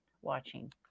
watching